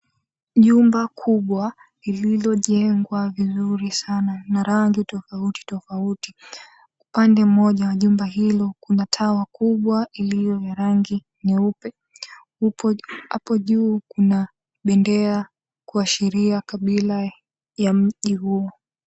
Jumba kubwa lililojengwa vizuri sana na rangi tofauti tofauti upande mmoja wa jumba hilo kuna taa kubwa iliyo na rangi nyeupe, apo juu kuna bendera kuashiria kabila ya mji huo.